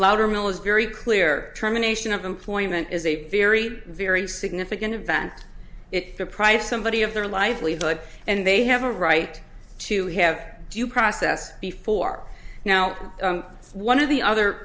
louder mill is very clear terminations of employment is a very very significant event it upright somebody of their livelihood and they have a right to have due process before now one of the other